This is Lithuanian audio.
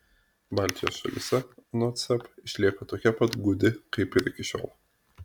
baltijos šalyse anot seb išlieka tokia pat gūdi kaip ir iki šiol